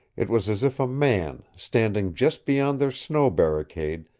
it was as if a man, standing just beyond their snow barricade,